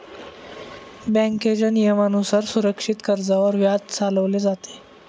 बँकेच्या नियमानुसार सुरक्षित कर्जावर व्याज चालवले जाते